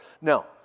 Now